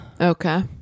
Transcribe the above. okay